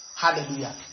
Hallelujah